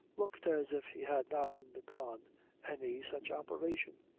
looked as if she had not undergone any such operation.